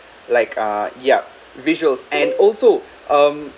like uh yup visuals and also um